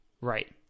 Right